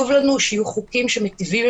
את לא תגידי שאני מעיר